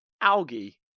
Algae